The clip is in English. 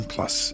Plus